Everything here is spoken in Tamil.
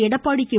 எடப்பாடி கே